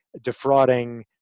defrauding